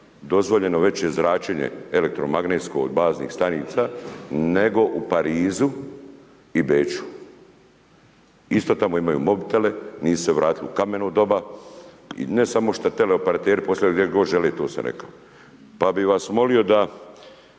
dozvoljeno veće zračenje elektromagnetsko od baznih stanica, nego u Parizu i Beču. Isto tamo imaju mobitele, nisu se vratili u kameno doba. I ne samo što teleoperateri postavljaju gdje god žele, to sam rekao. Pa bih vas molio da